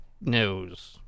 news